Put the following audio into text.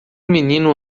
menino